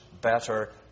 better